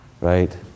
Right